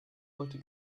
wollte